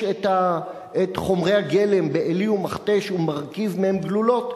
את חומרי הגלם בעלי ומכתש ומרכיב מהם גלולות,